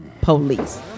police